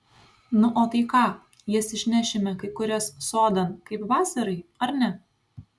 nu o tai ką jas išnešime kai kurias sodan kaip vasarai ar ne